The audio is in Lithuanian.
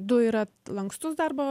du yra lankstus darbo